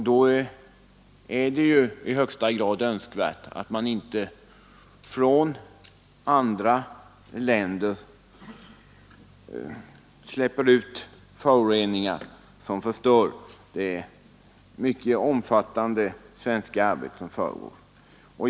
Då är det i högsta grad önskvärt att man inte från annat land släpper ut föroreningar som förstör det mycket omfattande arbete som utförts på den svenska sidan.